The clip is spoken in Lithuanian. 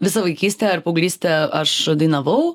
visą vaikystę ir paauglystę aš dainavau